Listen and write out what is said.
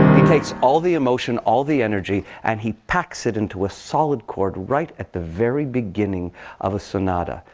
he takes all the emotion, all the energy, and he packs it into a solid chord right at the very beginning of a sonata,